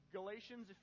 Galatians